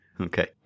Okay